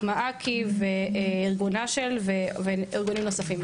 מעכי" וארגון "השל" וארגונים נוספים.